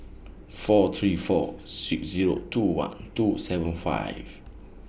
four three four six Zero two one two seven five